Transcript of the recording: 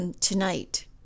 tonight